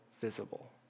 visible